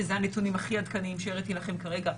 שאלה הנתונים הכי עדכניים שהראיתי לכם כרגע,